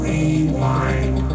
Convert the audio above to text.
Rewind